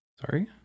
Sorry